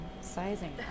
sizing